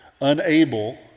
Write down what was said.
unable